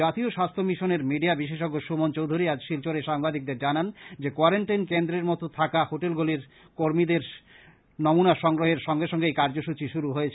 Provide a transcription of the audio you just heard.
জাতীয় স্বাস্থ্য মিশনের মিডিয়া বিশেষজ্ঞ সুমন চৌধুরী আজ শিলচরে সাংবাদিকদের জানান যে কোয়ারেনটাইন কেন্দ্রের মতো থাকা হোটেলগুলির কর্মীদের নমুনা সংগ্রহের সঙ্গে সঙ্গে এই কার্য্যসূচী শুরু হয়েছে